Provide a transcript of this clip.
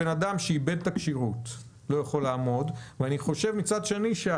אני חושב שבן אדם שאיבד את הכשירות לא יכול לעמוד ומצד שני אני